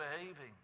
behaving